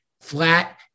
flat